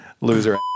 Loser